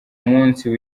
munsi